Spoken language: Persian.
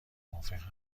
موافق